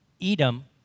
Edom